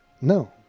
No